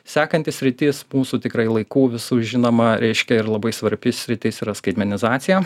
sekanti sritis mūsų tikrai laikų visų žinoma reiškia ir labai svarbi sritis yra skaitmenizacija